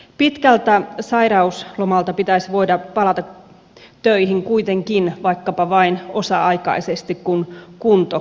pitkältä sairauslomalta pitäisi voida palata töihin kuitenkin vaikkapa vain osa aikaisesti kun kunto kohenee